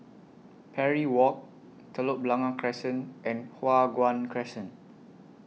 Parry Walk Telok Blangah Crescent and Hua Guan Crescent